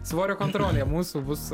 svorio kontrolė mūsų bus